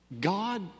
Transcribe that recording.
God